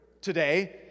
today